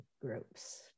groups